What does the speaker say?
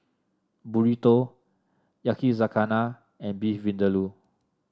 Burrito Yakizakana and Beef Vindaloo